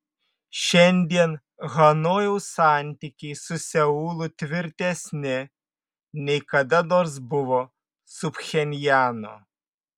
šiandien hanojaus santykiai su seulu tvirtesni nei kada nors buvo su pchenjanu